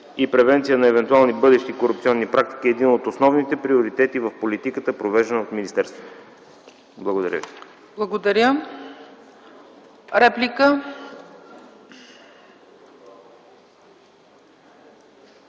и превенция на евентуални бъдещи корупционни практики е един от основните приоритети в политиката, провеждана от министерството. Благодаря ви. ПРЕДСЕДАТЕЛ